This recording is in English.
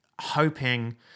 hoping